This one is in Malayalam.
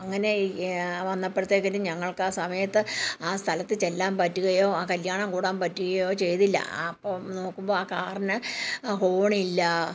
അങ്ങനെ വന്നപ്പോഴ്ത്തേക്കിനും ഞങ്ങൾക്ക് ആ സമയത്ത് ആ സ്ഥലത്ത് ചെല്ലാൻ പറ്റുകയോ ആ കല്ല്യാണം കൂടാൻ പറ്റുകയോ ചെയ്തില്ല അപ്പം നോക്കുമ്പോൾ ആ കാറിന് ഹോണില്ലാ